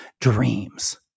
dreams